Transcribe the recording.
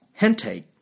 hentai